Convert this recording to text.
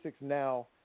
now